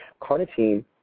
carnitine